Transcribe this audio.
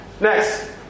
Next